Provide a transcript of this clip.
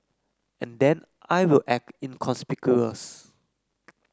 and then I will act inconspicuous